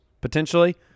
potentially